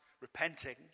repenting